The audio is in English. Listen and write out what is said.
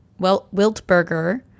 Wiltberger